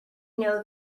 know